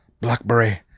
blackberry